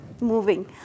moving